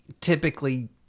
typically